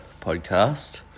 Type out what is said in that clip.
podcast